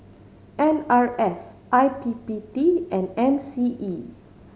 N R F I P P T and M C E